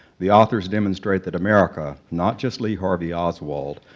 the authors demonstrate that america, not just lee harvey oswald,